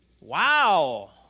Wow